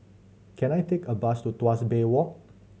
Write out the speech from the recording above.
can I take a bus to Tuas Bay Walk